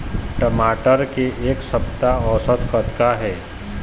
टमाटर के एक सप्ता औसत कतका हे?